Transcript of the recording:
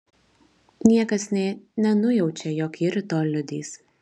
niekas nė nenujaučia jog ji rytoj liudys